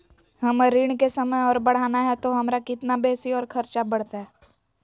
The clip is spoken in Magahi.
हमर ऋण के समय और बढ़ाना है तो हमरा कितना बेसी और खर्चा बड़तैय?